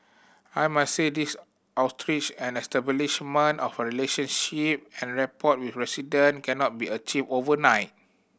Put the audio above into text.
I must say these outreach and establishment of relationship and rapport with resident cannot be achieved overnight